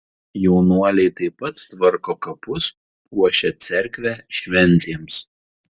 jaunuoliai taip pat tvarko kapus puošia cerkvę šventėms